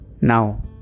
Now